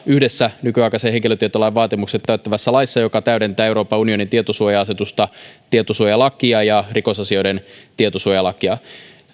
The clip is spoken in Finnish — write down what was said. yhdessä nykyaikaisen henkilötietolain vaatimukset täyttävässä laissa joka täydentää euroopan unionin tietosuoja asetusta tietosuojalakia ja rikosasioiden tietosuojalakia